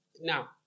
Now